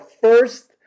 first